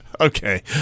Okay